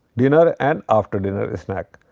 dinner and after dinner snack.